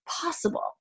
Possible